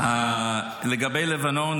לגבי לבנון,